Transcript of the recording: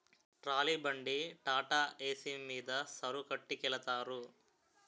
trolley బండి టాటాఏసి మీద సరుకొట్టికెలతారు